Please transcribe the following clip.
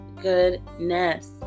goodness